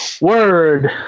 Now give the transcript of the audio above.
Word